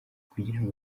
kugirango